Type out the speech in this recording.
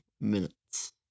minutes